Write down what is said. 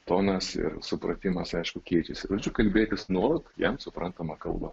tonas ir supratimas aišku keičiasi žodžiu kalbėtis nuolat jam suprantama kalba